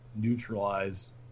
neutralize